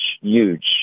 huge